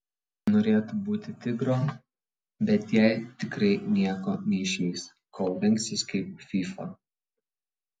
norėtų būti tigro bet jai tikrai nieko neišeis kol rengsis kaip fyfa